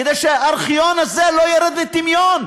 כדי שהארכיון הזה לא ירד לטמיון.